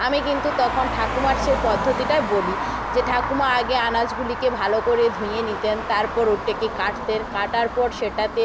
আমি কিন্তু তখন ঠাকুমার সেই পদ্ধতিটা বলি যে ঠাকুমা আগে আনাজগুলিকে ভালো করে ধুয়ে নিতেন তারপর ওটাকে কাটতেন কাটার পর সেটাতে